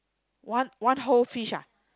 one one whole fish ah